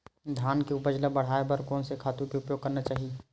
धान के उपज ल बढ़ाये बर कोन से खातु के उपयोग करना चाही?